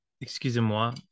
Excusez-moi